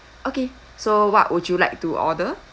okay so what would you like to order